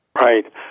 Right